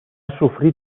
sofrir